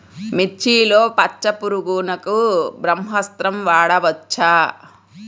మిర్చిలో పచ్చ పురుగునకు బ్రహ్మాస్త్రం వాడవచ్చా?